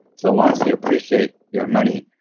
so once you appreciate your money,